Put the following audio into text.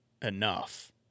Enough